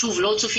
ניתן